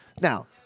Now